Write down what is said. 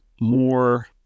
more